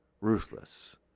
ruthless